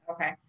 Okay